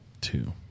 Two